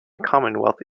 commonwealth